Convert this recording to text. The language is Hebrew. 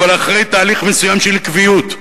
אבל אחרי תהליך מסוים של עקביות,